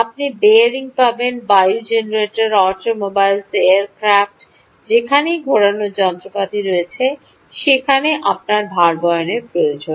আপনি বিয়ারিং পাবেন বায়ু জেনারেটর অটোমোবাইলস এয়ারক্র্যাফ্ট যেখানেই ঘোরানো যন্ত্রপাতি রয়েছে সেখানে আপনার ভারবহন প্রয়োজন